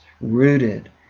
rooted